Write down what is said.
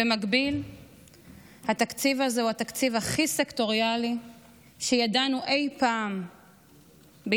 במקביל התקציב הזה הוא התקציב הכי סקטוריאלי שידענו אי פעם בישראל,